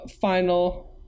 final